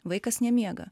vaikas nemiega